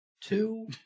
two